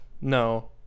No